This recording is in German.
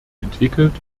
entwickelt